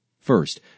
First